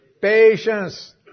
Patience